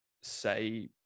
say